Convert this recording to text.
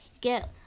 Get